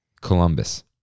Columbus